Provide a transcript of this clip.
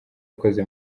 akoze